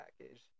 package